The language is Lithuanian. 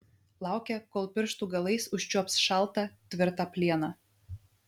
laukė kol pirštų galais užčiuops šaltą tvirtą plieną